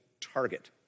target